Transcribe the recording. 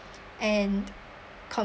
and